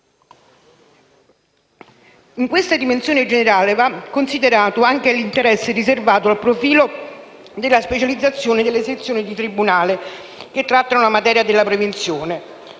In questa dimensione generale, va considerato anche l'interesse riservato al profilo della specializzazione delle sezioni di tribunale che trattano la materia della prevenzione: